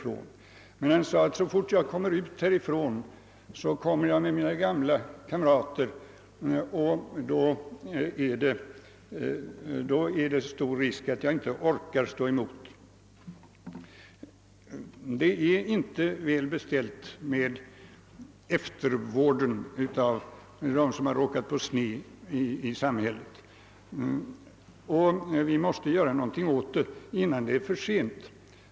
Men han sade: »Så fort jag kommer ut, kommer jag att möta mina gamla kamrater och då är det stor risk att jag inte orkar stå emot.» Det är väl inte väl beställt med eftervården av dem som råkat på sned i samhället, och vi måste göra någonting åt det innan det är för sent.